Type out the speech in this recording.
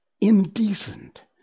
indecent